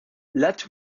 let